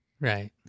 Right